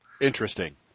Interesting